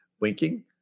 winking